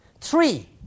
Three